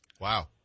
Wow